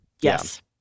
Yes